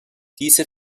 diese